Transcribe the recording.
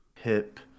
hip